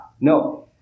No